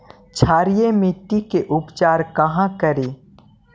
क्षारीय मिट्टी के उपचार कहा करी?